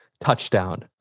touchdown